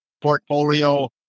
portfolio